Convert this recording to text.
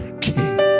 king